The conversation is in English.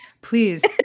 Please